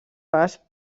pas